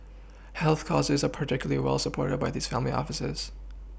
health causes are particularly well supported by these family offices